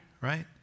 right